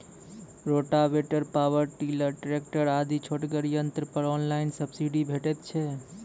Rotavator, power tiller, tractor आदि छोटगर यंत्र पर ऑनलाइन सब्सिडी भेटैत छै?